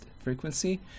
frequency